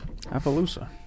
Appaloosa